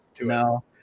No